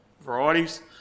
varieties